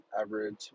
average